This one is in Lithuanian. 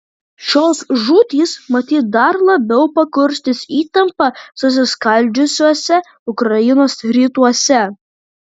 šios žūtys matyt dar labiau pakurstys įtampą susiskaldžiusiuose ukrainos rytuose